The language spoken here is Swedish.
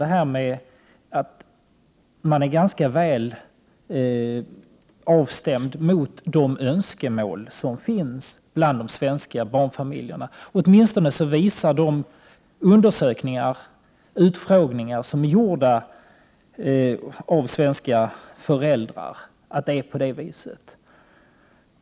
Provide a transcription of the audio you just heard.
Det är nog riktigt att socialdemokraterna har stämt av mot de svenska barnfamiljernas önskemål, åtminstone visar de undersökningar och utfrågningar som har gjorts bland svenska föräldrar att det är på det sättet.